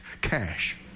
Cash